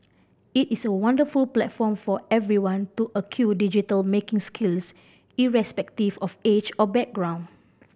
it is a wonderful platform for everyone to acquire digital making skills irrespective of age or background